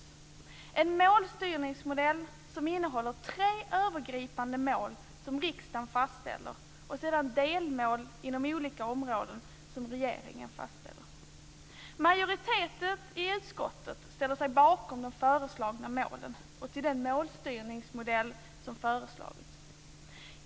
Det ska vara en målstyrningsmodell med tre övergripande mål som riksdagen fastställer och sedan delmål inom olika områden som regeringen fastställer. Majoriteten i utskottet ställer sig bakom de föreslagna målen och till den målstyrningsmodell som föreslagits.